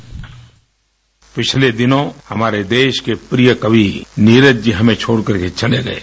bite पिछले दिनों हमारे देश के प्रिय कवि नीरज जी हमें छोड़कर चले गये